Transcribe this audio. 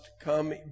come